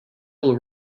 will